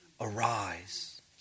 arise